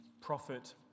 prophet